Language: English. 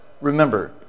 remember